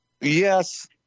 yes